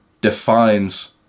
defines